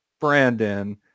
Brandon